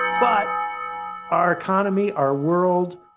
but our economy, our world,